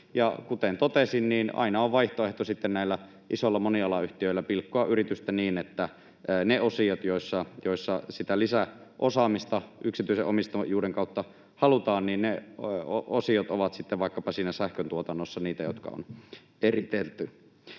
kuten totesin, niin aina on vaihtoehto näillä isoilla monialayhtiöillä pilkkoa yritystä niin, että ne osiot, joihin sitä lisäosaamista yksityisen omistajuuden kautta halutaan, ovat vaikkapa siinä sähköntuotannossa niitä, jotka on eritelty.